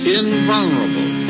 invulnerable